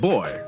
Boy